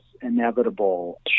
inevitable